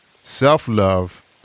self-love